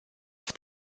auf